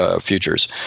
futures